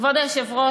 כבוד היושב-ראש,